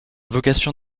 vocation